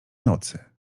nocy